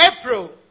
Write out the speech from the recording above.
April